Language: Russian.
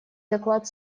доклад